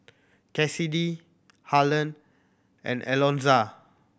Cassidy Harland and Alonza